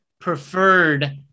preferred